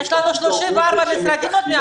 משרד העלייה והקליטה --- יש לנו 34 משרדים.